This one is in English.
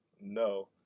No